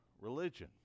religion